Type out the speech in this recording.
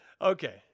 Okay